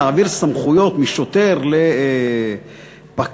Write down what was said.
להעביר סמכויות משוטר לפקח,